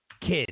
kids